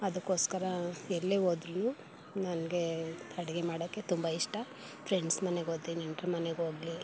ಅದಕ್ಕೋಸ್ಕರ ಎಲ್ಲೇ ಹೋದ್ರೂ ನನಗೆ ಅಡುಗೆ ಮಾಡೋಕೆ ತುಂಬ ಇಷ್ಟ ಫ್ರೆಂಡ್ಸ್ ಮನೆಗೋದ್ರೆ ನೆಂಟರು ಮನೆಗೋಗಲಿ